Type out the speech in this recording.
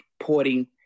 porting